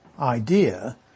idea